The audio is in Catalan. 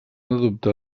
adoptar